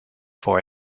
for